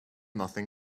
nothing